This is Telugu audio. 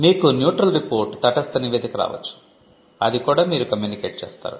మీకు న్యూట్రల్ రిపోర్ట్ రావచ్చు అది కూడా మీరు కమ్యూనికేట్ చేస్తారు